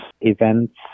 events